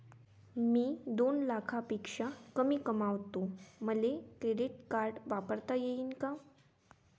मी दोन लाखापेक्षा कमी कमावतो, मले क्रेडिट कार्ड वापरता येईन का?